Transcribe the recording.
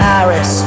Paris